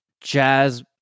jazz